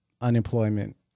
unemployment